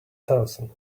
thousand